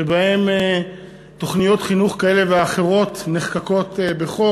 שבהם תוכניות חינוך כאלה ואחרות נחקקות בחוק.